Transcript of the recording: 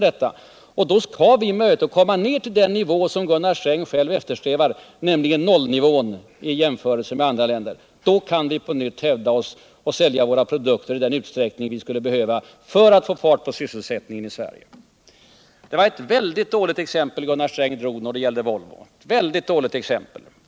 Detta och då har vi möjlighet att komma ner till den nivå som Gunnar Sträng själv eftersträvar, nämligen nollnivån i jämförelse med andra länder. Då kan vi på nytt hävda oss och sälja våra produkter i den utsträckning vi skulle behöva för att få fart på sysselsättningen i Sverige. Det var ett väldigt dåligt exempel Gunnar Sträng drog då det gällde Volvo.